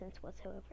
whatsoever